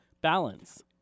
balance